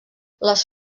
les